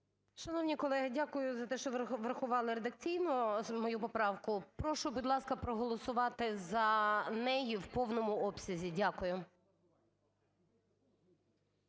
Шановні колеги, дякую за те, що врахували редакційно мою поправку. Прошу, будь ласка, проголосувати за неї в повному обсязі. Дякую.